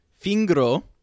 Fingro